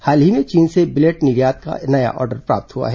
हाल ही में चीन से बिलेट निर्यात का नया आर्डर प्राप्त हुआ है